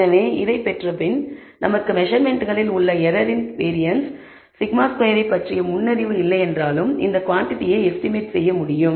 எனவே இதைப் பெற்றபின் நமக்கு மெசர்மென்ட்களில் உள்ள எரரின் வேரியன்ஸ் σ2 பற்றிய முன்னறிவு இல்லையென்றாலும் இந்த குவாண்டிடியை எஸ்டிமேட் செய்ய முடியும்